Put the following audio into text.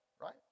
right